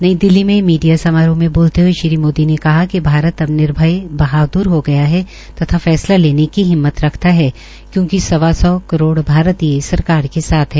नई दिलली में मीडिया समारोह मे बोलते हये श्रीमोदी ने कहा कि भारत अब निर्भय बहाद्र हो गया है तथा फैसला लेने की हिम्मत रखता है क्योकि सवा सौ करोड़ भारतीय सरकार के साथ है